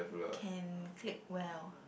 can click well